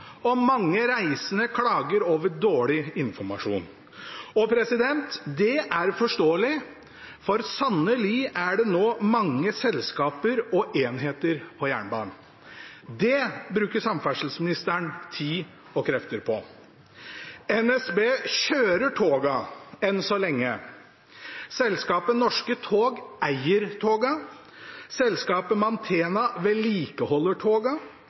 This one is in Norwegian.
og mange reisende klager over dårlig informasjon. Det er forståelig, for sannelig er det nå mange selskaper og enheter på jernbanen. Det bruker samferdselsministeren tid og krefter på. NSB kjører togene – enn så lenge – selskapet Norske tog eier togene, selskapet Mantena vedlikeholder